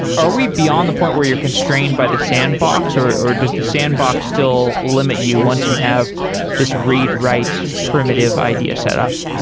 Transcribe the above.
are we beyond the point where you're constrained by the sandbox, or or does the sandbox still limit you once you have this read write primitive idea setup?